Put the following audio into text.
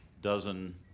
dozen